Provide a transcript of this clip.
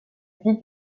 vie